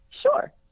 sure